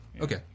Okay